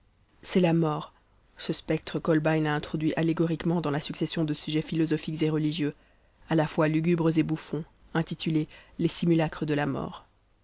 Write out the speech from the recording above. c'est la mort ce spectre qu'holbein a introduit allégoriquement dans la succession de sujets philosophiques et religieux à la fois lugubres et bouffons intitulée les simulachres de la mort